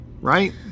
Right